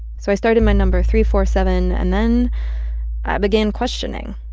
so i started my number three four seven, and then i began questioning.